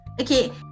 Okay